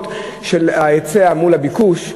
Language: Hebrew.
ההיצע מול הביקוש,